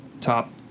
top